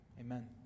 Amen